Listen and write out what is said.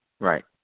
Right